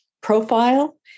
profile